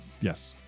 Yes